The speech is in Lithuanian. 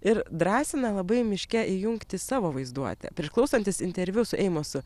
ir drąsina labai miške įjungti savo vaizduotę prieš klausantis interviu su eimosu